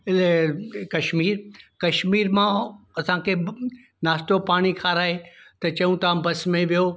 कश्मीर कश्मीर मां असांखे ब नाश्तो पाणी खाराए त चयूं तव्हां बस में वेहो